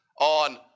on